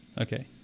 Okay